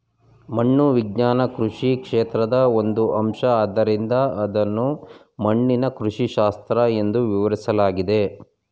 ಮಣ್ಣು ವಿಜ್ಞಾನ ಕೃಷಿ ಕ್ಷೇತ್ರದ ಒಂದು ಅಂಶ ಆದ್ದರಿಂದ ಇದನ್ನು ಮಣ್ಣಿನ ಕೃಷಿಶಾಸ್ತ್ರ ಎಂದೂ ವಿವರಿಸಲಾಗಿದೆ